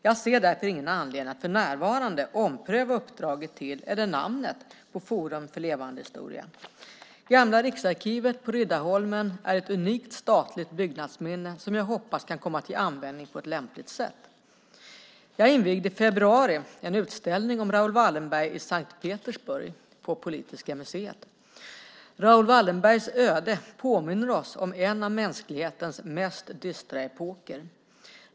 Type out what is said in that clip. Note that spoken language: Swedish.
Jag ser därför ingen anledning till att för närvarande ompröva uppdraget till eller namnet på Forum för levande historia. Gamla riksarkivet på Riddarholmen är ett unikt statligt byggnadsminne som jag hoppas kan komma till användning på ett lämpligt sätt. Jag invigde i februari en utställning om Raoul Wallenberg i S:t Petersburg på det politiska museet. Raoul Wallenbergs öde påminner oss om en av mänsklighetens mest dystra epoker.